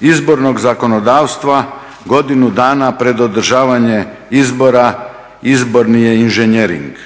izbornog zakonodavstva godinu dana pred održavanje izbora izborni je inženjering.